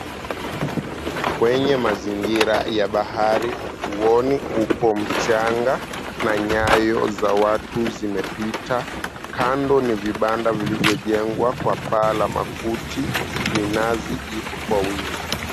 Kwenye mazingira ya bahari ufuoni upo mchanga na nyayo za watu zimepita. Kando ni vibanda vilivyojengwa kwa paa la makuti. Minazi ipo kwa wingi.